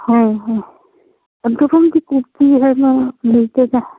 ꯍꯣꯏ ꯍꯣꯏ